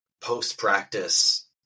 post-practice